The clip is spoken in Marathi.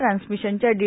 ट्रान्समिशनच्या डी